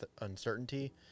uncertainty